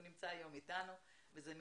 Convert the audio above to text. הוא נמצא אתנו היום.